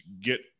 get